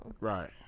right